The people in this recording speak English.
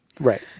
right